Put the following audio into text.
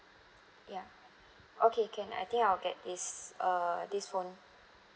ya okay can I think I'll get this uh this phone